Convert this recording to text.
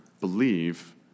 believe